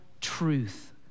truth